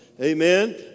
Amen